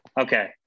Okay